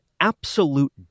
absolute